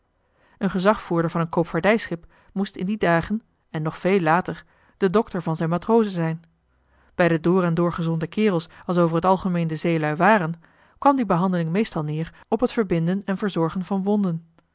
een gezagvoerder van een koopvaardijschip moest in die dagen en nog veel later de dokter van zijn matrozen zijn bij de door en door gezonde kerels als over t algemeen de zeelui waren kwam die behandeling meestal neer op het verbinden en verzorgen van wonden